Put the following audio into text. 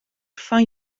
fan